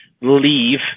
leave